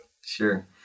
Sure